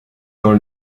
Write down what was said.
dans